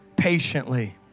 Patiently